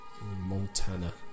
Montana